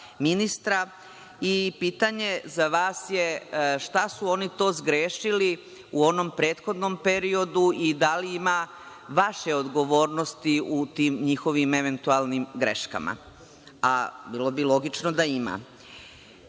ministra i pitanje za vas je - šta su oni to zgrešili u onom prethodnom periodu i da li ima vaše odgovornosti u tim njihovim eventualnim greškama? A, bilo bi logično da ima. Ono